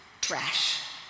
trash